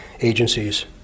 agencies